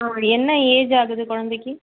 ஆ என்ன ஏஜ் ஆகுது குழந்தைக்கி